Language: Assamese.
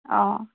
অঁ